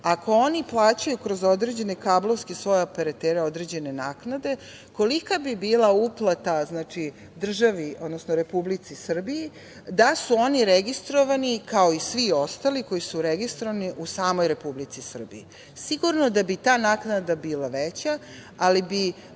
ako oni plaćaju kroz određene kablovske svoje operatere određene naknade, kolika bi bila uplata državi, odnosno Republici Srbiji da su oni registrovani, kao i svi ostali koji su registrovani u samoj Republici Srbiji? Sigurno da bi ta naknada bila veća, ali bi